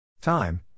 time